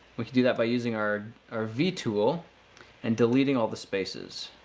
we can do that by using our our v tool and deleting all the spaces.